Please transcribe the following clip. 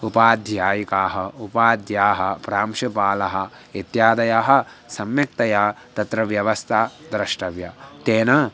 उपाध्यायिकाः उपादध्यापकाः प्रांशुपालः इत्यादयः सम्यक्तया तत्र व्यवस्था द्रष्टव्या तेन